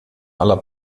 aller